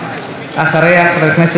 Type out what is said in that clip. חבר הכנסת דן סידה,